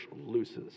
loses